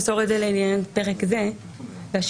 כתובת לצורכי בחירות לא תימסר ולא ייעשה